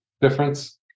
difference